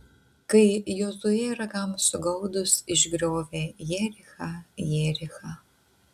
kai jozuė ragams sugaudus išgriovė jerichą jerichą